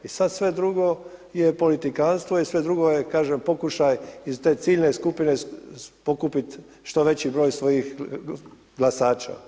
I sada sve drugo je politikanstvo i sve drugo je kažem pokušaj iz te ciljne skupine pokupiti što veći broj svojih glasača.